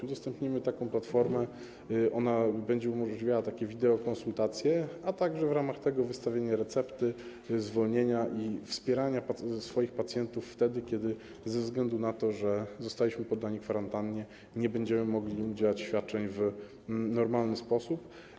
Udostępnimy taką platformę, która będzie umożliwiała wideokonsultacje, a w ramach tego wystawienie recepty, zwolnienia i wspieranie swoich pacjentów wtedy, kiedy ze względu na to, że zostaliśmy poddani kwarantannie, nie będziemy mogli im udzielać świadczeń w normalny sposób.